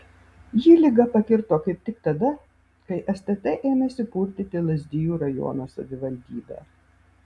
jį liga pakirto kaip tik tada kai stt ėmėsi purtyti lazdijų rajono savivaldybę